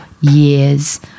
years